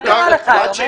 מה קרה לך היום איתן?